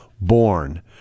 born